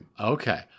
okay